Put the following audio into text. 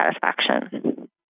satisfaction